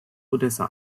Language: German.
odessa